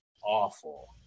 awful